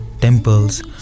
temples